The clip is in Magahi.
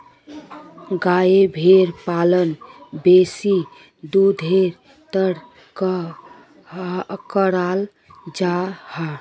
गाय भैंस पालन बेसी दुधेर तंर कराल जाहा